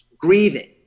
Grieving